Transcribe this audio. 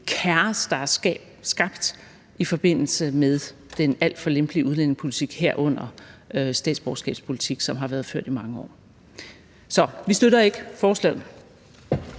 kaos, der er skabt i forbindelse med den alt for lempelige udlændingepolitik, herunder statsborgerskabspolitikken, som har været ført i mange år. Vi støtter ikke forslaget.